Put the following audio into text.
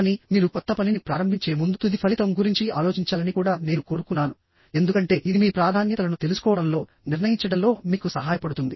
కానీ మీరు కొత్త పనిని ప్రారంభించే ముందు తుది ఫలితం గురించి ఆలోచించాలని కూడా నేను కోరుకున్నాను ఎందుకంటే ఇది మీ ప్రాధాన్యతలను తెలుసుకోవడంలో నిర్ణయించడంలో మీకు సహాయపడుతుంది